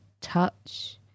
touch